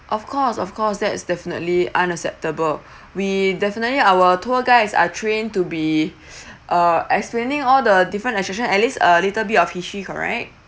of course of course that's definitely unacceptable we definitely our tour guides are trained to be uh explaining all the different attractions at least a little bit of history correct